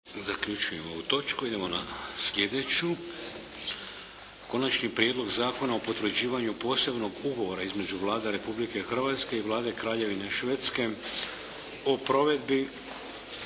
Vladimir (HDZ)** Idemo na sljedeću - Konačni prijedlog Zakona o potvrđivanju Posebnog ugovora između Vlade Republike Hrvatske i Vlade Kraljevine Švedske o provedbi